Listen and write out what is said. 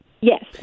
Yes